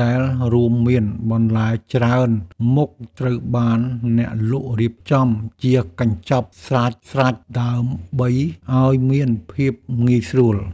ដែលរួមមានបន្លែច្រើនមុខត្រូវបានអ្នកលក់រៀបចំជាកញ្ចប់ស្រេចៗដើម្បីឱ្យមានភាពងាយស្រួល។